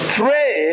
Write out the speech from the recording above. pray